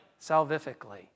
salvifically